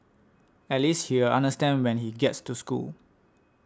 at least he'll understand when he gets to school